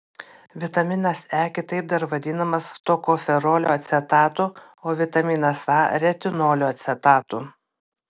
vitaminas e kitaip dar vadinamas tokoferolio acetatu o vitaminas a retinolio acetatu